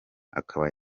akaba